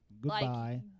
Goodbye